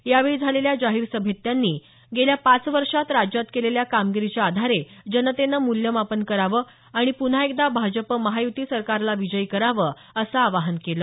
यावेळी झालेल्या जाहीर सभेत त्यांनी गेल्या पाच वर्षात राज्यात केलेल्या कामगिरीच्या आधारे जनतेनं मूल्यमापन करावं आणि पुन्हा एकदा भाजप महायुती सरकारला विजयी करावं असं आवाहन केलं